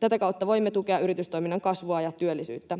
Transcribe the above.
Tätä kautta voimme tukea yritystoiminnan kasvua ja työllisyyttä.